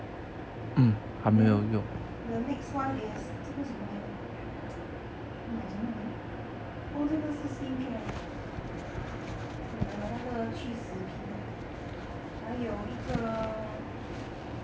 then the next one is 这个什么来的 我买什么 ah oh 这个是 skincare uh 那个去死皮的还有一个